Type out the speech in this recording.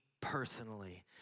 personally